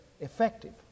effective